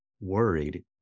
worried